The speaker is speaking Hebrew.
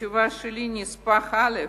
בתשובה שלי נספח א'